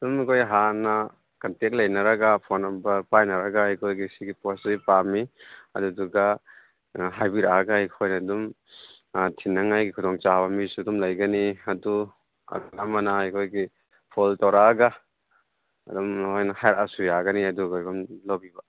ꯑꯗꯨꯝ ꯑꯩꯈꯣꯏ ꯍꯥꯟꯅ ꯀꯟꯇꯦꯛ ꯂꯩꯅꯔꯒ ꯐꯣꯟ ꯅꯝꯕꯔ ꯄꯥꯏꯅꯔꯒ ꯑꯩꯈꯣꯏꯒꯤ ꯁꯤꯒꯤ ꯄꯣꯠꯁꯤ ꯄꯥꯝꯏ ꯑꯗꯨꯗꯨꯒ ꯑꯥ ꯍꯥꯏꯕꯤꯔꯛꯂꯒ ꯑꯩꯈꯣꯏꯅ ꯑꯗꯨꯝ ꯑꯥ ꯊꯤꯟꯅꯤꯡꯉꯥꯏꯒꯤ ꯈꯨꯗꯣꯡ ꯆꯥꯕ ꯃꯤꯁꯨ ꯑꯗꯨꯝ ꯂꯩꯒꯅꯤ ꯑꯗꯨ ꯑꯗꯒꯤ ꯑꯃꯅ ꯑꯩꯈꯣꯏꯒꯤ ꯐꯣꯜ ꯇꯧꯔꯛꯂꯒ ꯑꯗꯨꯝ ꯂꯣꯏꯅ ꯍꯥꯏꯔꯛꯂꯁꯨ ꯌꯥꯒꯅꯤ ꯑꯗꯨꯒ ꯑꯗꯨꯝ ꯂꯧꯕꯤꯕ